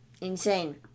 Insane